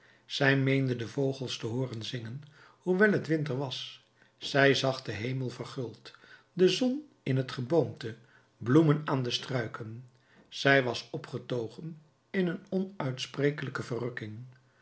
zij meende de vogels te hooren zingen hoewel het winter was zij zag den hemel verguld de zon in het geboomte bloemen aan de struiken zij was opgetogen in een onuitsprekelijke verrukking